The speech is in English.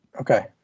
Okay